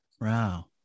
Wow